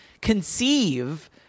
conceive